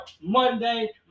monday